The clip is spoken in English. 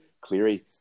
Cleary